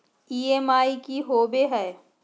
EMI की होवे है?